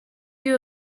you